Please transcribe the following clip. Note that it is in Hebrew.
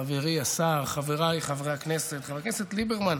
חברי השר, חבריי חברי הכנסת, חבר הכנסת ליברמן,